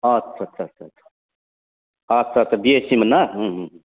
आत्सा आत्सा आत्सा आत्सा आत्सा बिएसिमोन ना उम उम